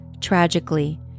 Tragically